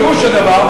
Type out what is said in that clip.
פירוש הדבר,